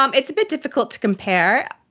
um it's a bit difficult to compare.